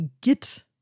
GIT